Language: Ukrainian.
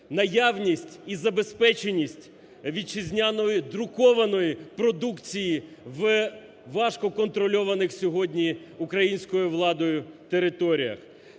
Наявність і забезпеченість вітчизняної друкованої продукції в важко контрольованих сьогодні українською владою територіях.